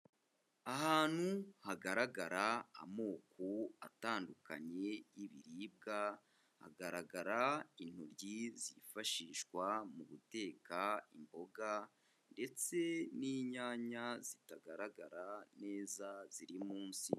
Ahantu hagaragara amoko atandukanye y'ibiribwa, hagaragara intoryi zifashishwa mu guteka imboga ndetse n'inyanya zitagaragara neza ziri munsi.